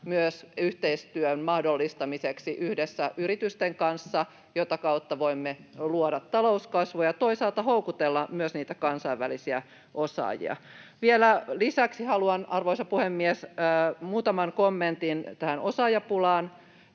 myös yhteistyön mahdollistamiseksi yhdessä yritysten kanssa, mitä kautta voimme luoda talouskasvua ja toisaalta houkutella myös niitä kansainvälisiä osaajia. Vielä lisäksi haluan, arvoisa puhemies, todeta muutaman kommentin tähän osaajapulaan.